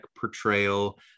portrayal